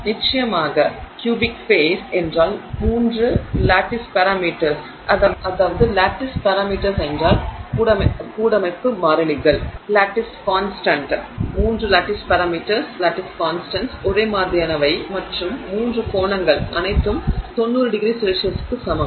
நிச்சயமாக cubic face என்றால் 3 lattice parameters lattice constants ஒரே மாதிரியானவை மற்றும் மூன்று கோணங்கள் அனைத்தும் 90ºC க்கு சமம்